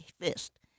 fist